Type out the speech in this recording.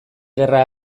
gerra